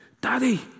Daddy